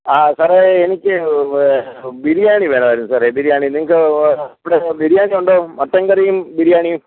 ആ സാറേ എനിക്ക് ബിരിയാണി വേണമായിരുന്നു സാറേ ബിരിയാണി നിങ്ങൾക്ക് അവിടെ ബിരിയാണി ഉണ്ടോ മട്ടൺ കറിയും ബിരിയാണിയും